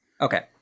Okay